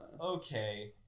okay